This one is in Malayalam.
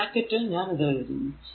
ഈ ബ്രാക്കറ്റ് ൽ ഞാൻ എഴുതുന്നു